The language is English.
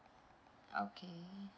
okay